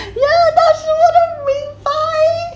yeah 那是我的名牌